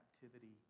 captivity